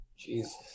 Jesus